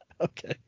Okay